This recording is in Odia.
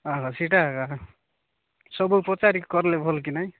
ଅ ହ ସେଇଟା ହେ ଏକା ସବୁ ପଚାରିକି କରଲେ ଭଲ କି ନାଇଁ